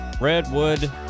Redwood